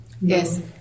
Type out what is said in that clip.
Yes